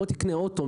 בוא תקנה אוטו,